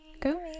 Go